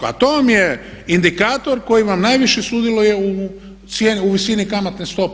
A to vam je indikator koji vam najviše sudjeluje u visini kamatne stope.